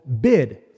bid